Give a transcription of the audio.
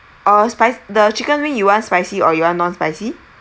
uh spic~ the chicken wing you want spicy or you want non-spicy